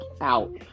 out